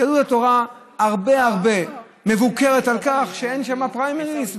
יהדות התורה מבוקרת הרבה הרבה על כך שאין שם פריימריז,